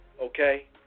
Okay